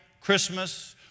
Christmas